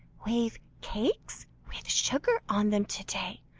we've cakes with sugar on them to-day,